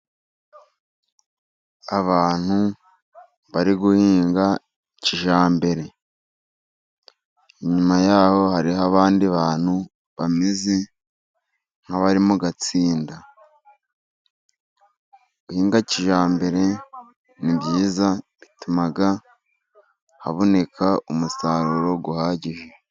Abantu bari guhinga kijyambere, inyuma yaho hariho abandi bantu bameze nk'abari mugatsinda, guhinga kijyambere ni byiza bituma haboneka umusaruro uhagije.